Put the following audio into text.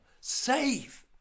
save